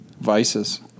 Vices